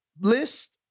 list